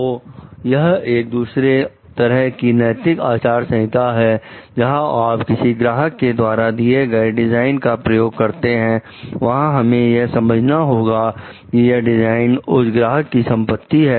तो यह एक दूसरे तरह की नैतिक आचार संहिता है जहां आप किसी ग्राहक के द्वारा दिया गया डिजाइन का प्रयोग करते हैं वहां हमें यह समझना होगा कि यह डिजाइन उस ग्राहक की संपत्ति है